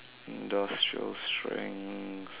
industrial strength